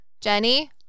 Jenny